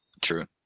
True